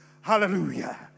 Hallelujah